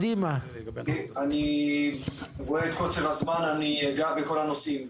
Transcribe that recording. אני רואה את קוצר הזמן ואגע בכל הנושאים.